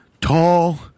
Tall